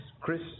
Chris